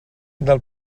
del